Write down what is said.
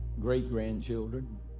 great-grandchildren